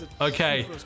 Okay